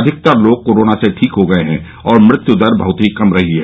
अधिकतर लोग कोरोना से ठीक हो गए हैं और मृत्यु दर बहुत कम रही है